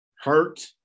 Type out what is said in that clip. hurt